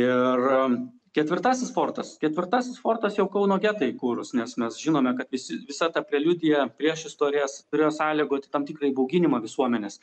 ir ketvirtasis fortas ketvirtasis fortas jau kauno getai įkūrus nes mes žinome kad visi visa ta preliudija priešistorės turėjo sąlygoti tam tikrą įbauginimą visuomenės